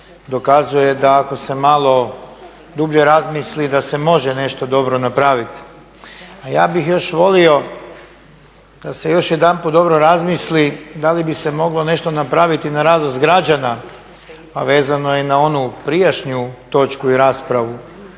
dokazuje da ako se malo dublje razmisli da se može nešto dobro napraviti. A ja bih još volio da se još jedanput dobro razmisli da li bi se moglo nešto napraviti na radost građana, a vezano je na onu prijašnju točku i raspravu.